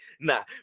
Nah